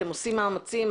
אתם עושים מאמצים,